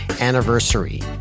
anniversary